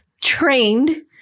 trained